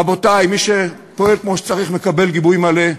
רבותי, מי שפועל כמו שצריך מקבל גיבוי מלא,